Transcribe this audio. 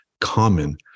common